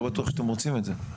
לא בטוח שאתם רוצים את זה.